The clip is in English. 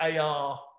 AR